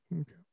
Okay